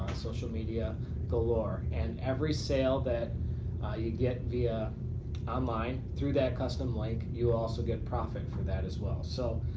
social media galore. and every sale that you get via online through that custom link you will also get profit for that as well. so,